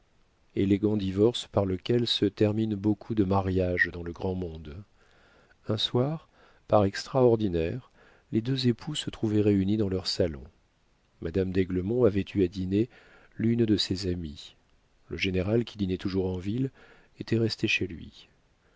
élégant divorce par lequel se terminent beaucoup de mariages dans le grand monde un soir par extraordinaire les deux époux se trouvaient réunis dans leur salon madame d'aiglemont avait eu à dîner l'une de ses amies le général qui dînait toujours en ville était resté chez lui